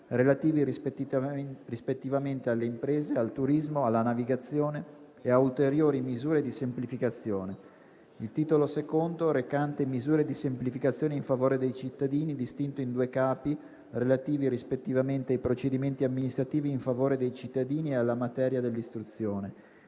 relativi rispettivamente alle imprese, al turismo, alla navigazione e a ulteriori misure di semplificazione; il Titolo II recante "Misure di semplificazione in favore dei cittadini", distinto in due Capi, relativi rispettivamente ai procedimenti amministrativi in favore dei cittadini e alla materia dell'istruzione;